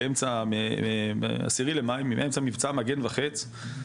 באמצע 10 למאי באמצע מבצע מגן וחץ,